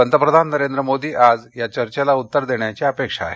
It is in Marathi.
पंतप्रधान नरेंद्र मोदी आज या चर्चेला उत्तर देण्याची अपेक्षा आहे